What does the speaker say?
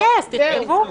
אוקיי, אז תכתבו.